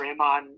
Draymond